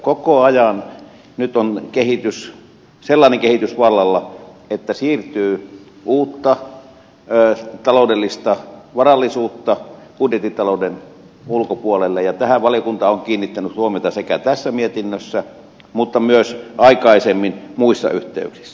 koko ajan nyt on sellainen kehitys vallalla että siirtyy uutta taloudellista varallisuutta budjettitalouden ulkopuolelle ja tähän valiokunta on kiinnittänyt huomiota sekä tässä mietinnössä että myös aikaisemmin muissa yhteyksissä